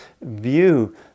view